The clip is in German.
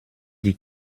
die